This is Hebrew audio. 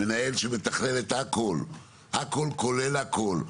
מנהל שמתכלל את הכול כולל הכול,